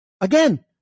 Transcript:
Again